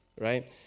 right